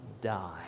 die